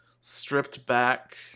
stripped-back